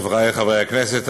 חבריי חברי הכנסת,